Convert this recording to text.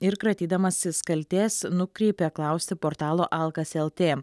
ir kratydamasis kaltės nukreipė klausti portalo alkas lt